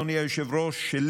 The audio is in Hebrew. אדוני היושב-ראש,